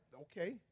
okay